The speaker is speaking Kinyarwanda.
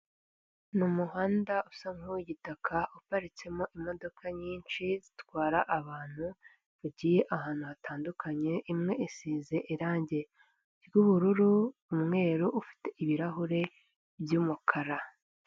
Ni umuhanda usa nk'uwigitaka uparitsemo imodoka nyinshi zitwara abantu bagiye ahantu hatandukanye imwe isize irangi ry'ubururu umweru ufite ibirahure by'umukara.